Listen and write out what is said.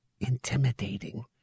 intimidating